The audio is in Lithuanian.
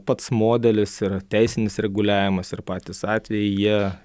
pats modelis ir teisinis reguliavimas ir patys atvejai jie